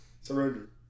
surrender